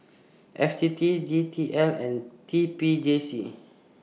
F T T D T L and T P J C